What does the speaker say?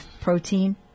protein